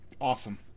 awesome